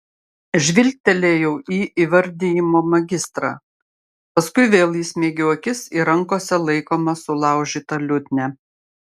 žvilgtelėjau į įvardijimo magistrą paskui vėl įsmeigiau akis į rankose laikomą sulaužytą liutnią